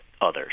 others